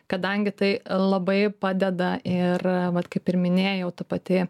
kadangi tai labai padeda ir vat kaip ir minėjau ta pati